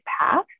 path